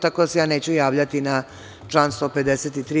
Tako da se ja neću javljati na član 153.